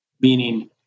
meaning